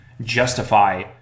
justify